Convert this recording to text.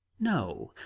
no.